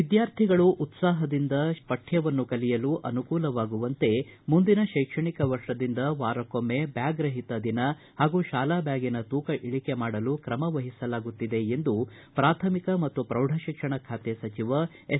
ವಿದ್ಯಾರ್ಥಿಗಳು ಉತ್ಪಾಹದಿಂದ ಪಠ್ಯವನ್ನು ಕಲಿಯಲು ಅನುಕೂಲವಾಗುವಂತೆ ಮುಂದಿನ ಶ್ಯೆಕ್ಷಣಿಕ ವರ್ಷದಿಂದ ವಾರಕ್ಕೊಮ್ಮೆ ಬ್ಯಾಗ್ ರಹಿತ ದಿನ ಹಾಗೂ ಶಾಲಾ ಬ್ಯಾಗಿನ ತೂಕ ಇಳಕೆ ಮಾಡಲು ಕ್ರಮವಹಿಸಲಾಗುತ್ತಿದೆ ಎಂದು ಪ್ರಾಥಮಿಕ ಮತ್ತು ಪ್ರೌಢ ಶಿಕ್ಷಣ ಖಾತೆ ಸಚಿವ ಎಸ್